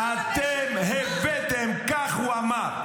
שימו לב: אתם הבאתם, כך הוא אמר.